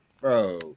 Bro